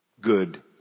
Good